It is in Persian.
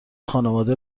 خانواده